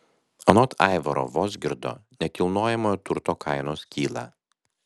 anot aivaro vozgirdo nekilnojamojo turto kainos kyla